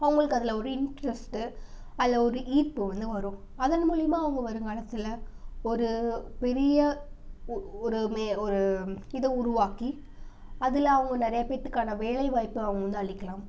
அவங்களுக்கு அதில் ஒரு இண்ட்ரெஸ்ட்டு அதில் ஒரு ஈர்ப்பு வந்து வரும் அதன் மூலயமா அவங்க வருங்காலத்தில் ஒரு பெரிய உ ஒரு மே ஒரு இதை உருவாக்கி அதில் அவங்க நிறையா பேருத்துக்கான வேலைவாய்ப்பு அவங்க வந்து அளிக்கலாம்